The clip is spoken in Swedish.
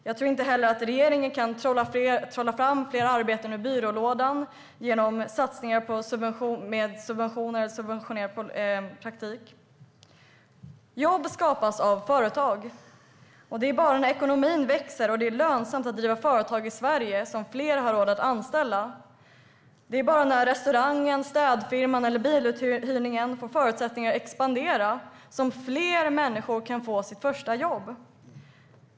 Jag tror inte heller att regeringen kan trolla fram fler arbeten ur byrålådan genom subventionerade satsningar och genom subventionerad praktik. Jobb skapas av företag. Det är bara när ekonomin växer och det är lönsamt att driva företag i Sverige som fler har råd att anställa. Det är bara när restaurangen, städfirman eller biluthyrningsföretaget får förutsättningar att expandera som fler människor kan få sitt första jobb.